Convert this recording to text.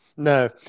No